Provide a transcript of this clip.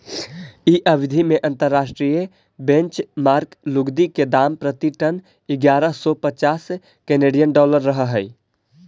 इ अवधि में अंतर्राष्ट्रीय बेंचमार्क लुगदी के दाम प्रति टन इग्यारह सौ पच्चास केनेडियन डॉलर रहऽ हई